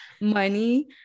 money